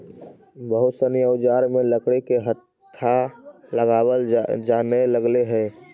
बहुत सनी औजार में लकड़ी के हत्था लगावल जानए लगले हई